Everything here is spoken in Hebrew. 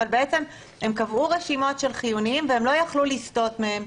אבל בעצם הם קבעו רשימות של חיוניים והם לא יכלו לסטות מהם.